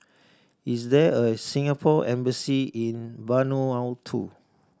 is there a Singapore Embassy in Vanuatu